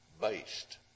Based